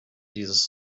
dieses